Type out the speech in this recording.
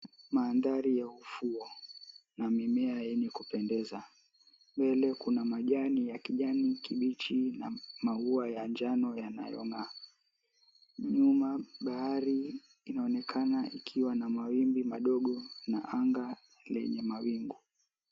Maandhari ya ufuo, na mimea yenye kupendeza, mbele kuna majani ya kijani kibichi, na maua ya njano yanayo ng'aa. Nyuma bahari inaonekana ikiwa na mawimbi madogo na anga lenye mawingu.